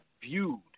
viewed